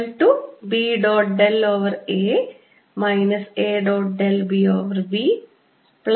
A A